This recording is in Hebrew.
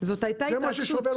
זה מה ששובר אותי,